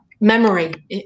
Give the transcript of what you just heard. memory